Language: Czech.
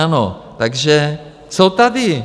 Ano, takže jsou tady.